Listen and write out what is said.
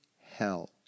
hell